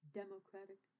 democratic